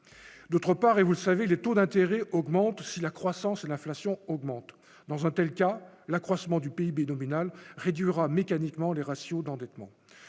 d'autre part, et vous savez, les taux d'intérêt augmentent, si la croissance et l'inflation augmente dans un telle qu'à l'accroissement du PIB nominal réduira mécaniquement les ratios d'endettement